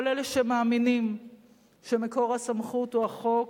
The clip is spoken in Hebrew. כל אלה שמאמינים שמקור הסמכות הוא החוק,